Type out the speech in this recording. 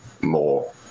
more